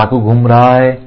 तो चाकू घूम रहा है